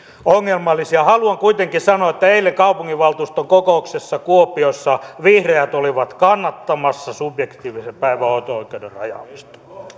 ongelmallisia haluan kuitenkin sanoa että eilen kaupunginvaltuuston kokouksessa kuopiossa vihreät olivat kannattamassa subjektiivisen päivähoito oikeuden rajaamista